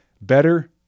Better